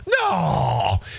No